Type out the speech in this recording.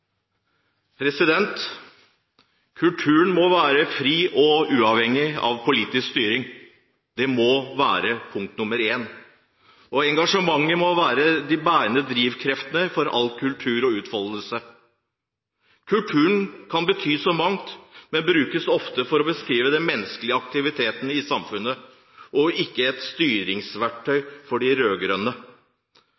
Kulturen må være fri og uavhengig av politisk styring. Det må være punkt nr. 1. Engasjementet må være en bærende drivkraft for all kulturell utfoldelse. Kultur kan bety så mangt, men brukes ofte for å beskrive den menneskelige aktiviteten i samfunnet. Den er ikke et styringsverktøy